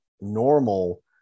normal